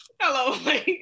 hello